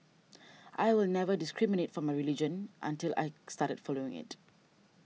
I was never discriminated for my religion until I started following it